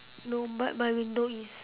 no but my window is